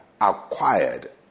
acquired